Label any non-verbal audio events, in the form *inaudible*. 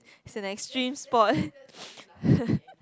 it's an extreme sport *breath* *noise*